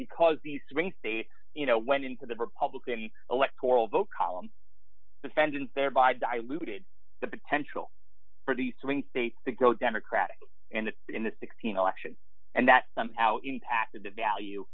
because the swing state you know went into the republican electoral vote column defendant thereby diluted the potential for the swing state to go democratic and that in the sixteen election and that somehow impacted the value